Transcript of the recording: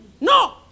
No